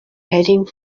heading